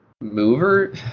Mover